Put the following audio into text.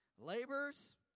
labors